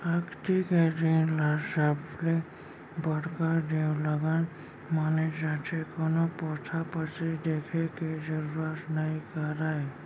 अक्ती के दिन ल सबले बड़का देवलगन माने जाथे, कोनो पोथा पतरी देखे के जरूरत नइ परय